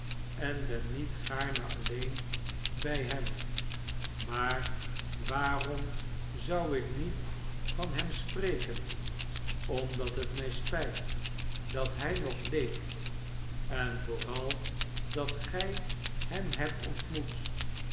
en ben niet gaarne alleen bij hem maar waarom zou ik niet van hem spreken somdat het mij spijt dat hij nog leeft en vooral dat gij hem hebt ontmoet